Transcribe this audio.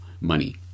money